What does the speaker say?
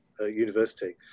university